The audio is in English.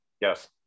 yes